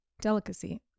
delicacy